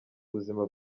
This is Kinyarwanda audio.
ubuzima